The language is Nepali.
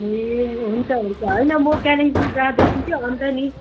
ए हुन्छ हुन्छ होइन म कालिम्पोङ जाँदैछु कि अन्त नि